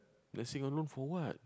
you want sing one room for what